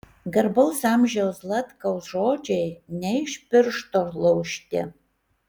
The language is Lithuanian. garbaus amžiaus zlatkaus žodžiai ne iš piršto laužti